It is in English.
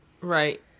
Right